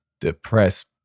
depressed